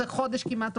אבל זה יש לך, לא?